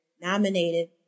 nominated